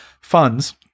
funds